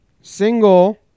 single